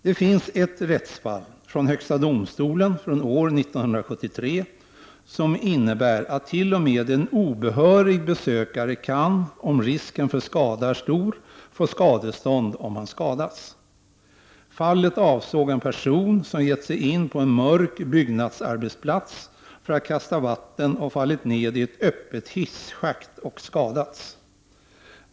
Det finns ett rättsfall från högsta domstolen från 1973 som innebär att t.o.m. en obehörig besökare kan — om risken för skada är stor — få skadestånd om han skadas. Fallet avsåg en person som gett sig in på en mörk byggnadsplats för att kasta vatten och fallit ned i ett öppet hisschakt och skadats.